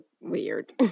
weird